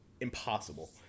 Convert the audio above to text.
impossible